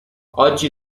oggi